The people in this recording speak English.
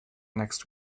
next